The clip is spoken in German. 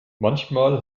manchmal